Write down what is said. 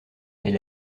est